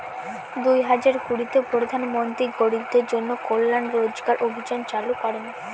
দুই হাজার কুড়িতে প্রধান মন্ত্রী গরিবদের জন্য কল্যান রোজগার অভিযান চালু করেন